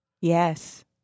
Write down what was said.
Yes